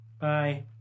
Bye